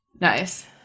Nice